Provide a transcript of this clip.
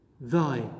Thy